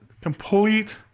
Complete